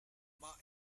mah